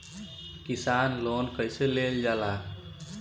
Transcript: किसान लोन कईसे लेल जाला?